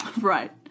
Right